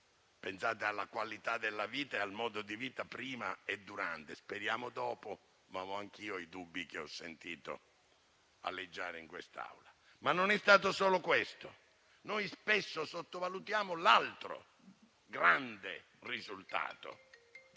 donne, alla qualità della vita e al modo di vita prima, durante e - speriamo - dopo, ma anch'io nutro i dubbi che ho sentito aleggiare in quest'Aula. Non è stato solo questo, però: spesso sottovalutiamo l'altro grande risultato,